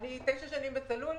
אני תשע שנים בצלול,